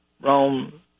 Rome